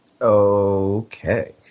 Okay